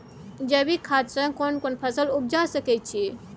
जैविक खाद से केना कोन फसल उपजा सकै छि?